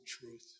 truth